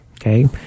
okay